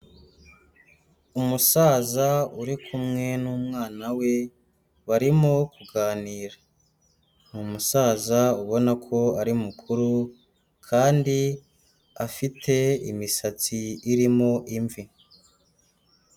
Umusaza uri kumwe n'umwana we barimo kuganira. Ni umusaza ubona ko ari mukuru kandi afite imisatsi irimo imvi.